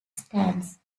stance